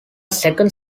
second